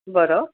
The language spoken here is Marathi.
बरं